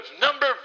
Number